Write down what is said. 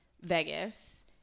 Vegas